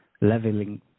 leveling